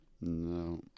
No